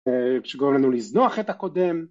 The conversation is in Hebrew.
שגורם לנו לזנוח את הקודם